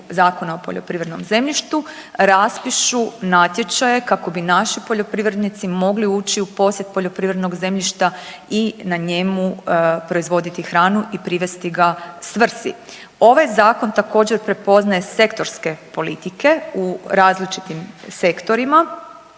Zakona o poljoprivrednom zemljištu raspišu natječaje kako bi naši poljoprivrednici mogli ući u posjed poljoprivrednog zemljišta i na njemu proizvoditi hranu i privesti ga svrsi. Ovaj zakon također prepoznaje sektorske politike u različitim sektorima.